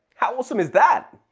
how awesome is that?